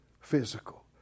physical